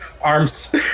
arms